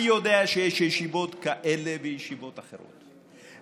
אני יודע שיש ישיבות כאלה וישיבות אחרות,